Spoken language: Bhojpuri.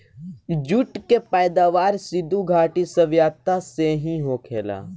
जूट के पैदावार सिधु घाटी सभ्यता से ही होखेला